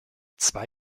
zwei